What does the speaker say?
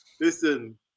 Listen